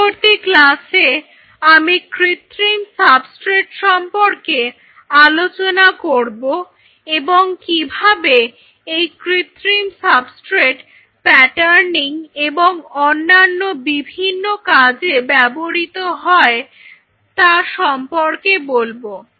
পরবর্তী ক্লাসে আমি কৃত্রিম সাবস্ট্রেট সম্পর্কে আলোচনা করব এবং কিভাবে এই কৃত্রিম সাবস্ট্রেট প্যাটার্নিং এবং অন্যান্য বিভিন্ন কাজে ব্যবহৃত হয় তা সম্পর্কে বলবো